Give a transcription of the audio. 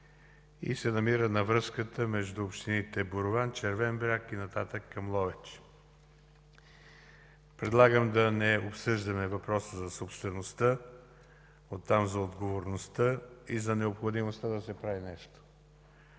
и се намира на връзката между общините Борован – Червен бряг и нататък към Ловеч. Предлагам да не обсъждаме въпроса за собствеността, оттам за отговорността и за необходимостта да се прави нещо.